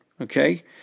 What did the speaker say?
Okay